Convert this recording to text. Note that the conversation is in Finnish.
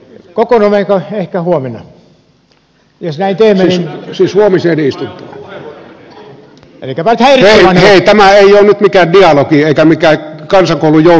hei tämä ei ole nyt mikään dialogi eikä mikään kansakoulun joulunäytelmä